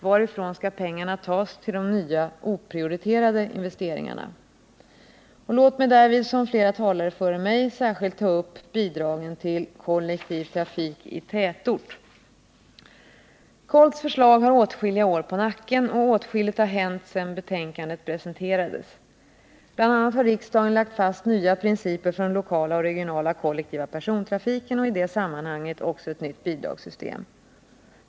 Varifrån skall pengarna tas till de nya, oprioriterade investeringarna? Låt mig i detta sammanhang, som flera talare före mig gjort, särskilt ta upp bidragen till kollektiv trafik i tätort. KOLT:s förslag har åtskilliga år på nacken, och åtskilligt har hänt sedan betänkandet presenterades. Bl. a. har riksdagen lagt fast nya principer för den lokala och regionala kollektiva persontrafiken och i det sammanhanget också för ett nytt bidragssystem.